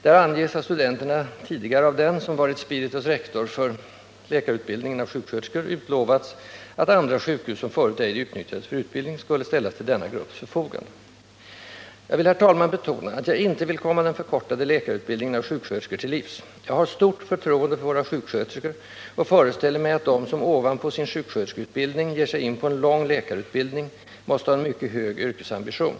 Där anges att studenterna tidigare av den som varit spiritus rector för läkarutbildningen av sjuksköterskor utlovats att andra sjukhus, som förut ej utnyttjats för utbildning, skulle ställas till denna grupps förfogande. Herr talman! Jag vill betona att jag inte vill komma den förkortade läkarutbildningen av sjuksköterskor till livs. Jag har ett stort förtroende för våra sjuksköterskor och föreställer mig att de som ovanpå sin sjuksköterskeutbildning ger sig in på en lång läkarutbildning måste ha en mycket hög yrkesambition.